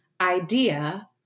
idea